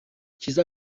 kiza